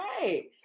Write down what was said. right